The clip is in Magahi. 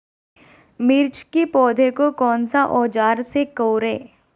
मिर्च की पौधे को कौन सा औजार से कोरे?